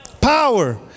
Power